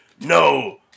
No